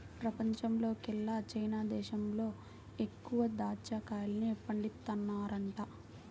పెపంచంలోకెల్లా చైనా దేశంలో ఎక్కువగా దాచ్చా కాయల్ని పండిత్తన్నారంట